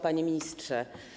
Panie Ministrze!